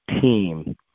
team